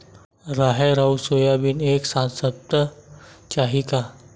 राहेर अउ सोयाबीन एक साथ सप्ता चाही का?